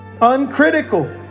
uncritical